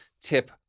tip